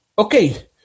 Okay